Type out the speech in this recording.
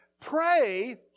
Pray